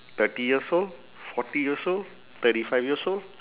thirty years old forty years old thirty five years old